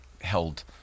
held